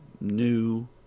new